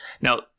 Now